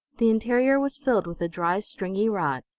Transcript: the interior was filled with a dry, stringy rot,